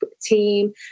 team